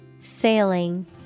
Sailing